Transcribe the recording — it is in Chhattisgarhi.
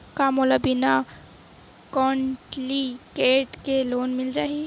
का मोला बिना कौंटलीकेट के लोन मिल जाही?